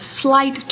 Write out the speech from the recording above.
slight